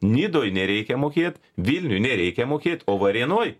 nidoj nereikia mokėt vilniuj nereikia mokėt o varėnoj